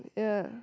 yeah